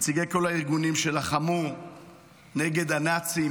נציגי כל הארגונים שלחמו נגד הנאצים,